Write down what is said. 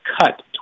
cut